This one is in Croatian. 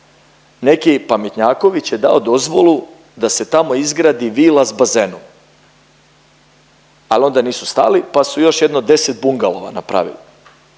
neki pametnjaković je dao dozvolu da se tamo izgradi vila sa bazenom. Ali onda nisu stali, pa su još jedno 10 bungalova napravili.